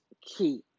key